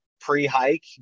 pre-hike